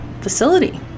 facility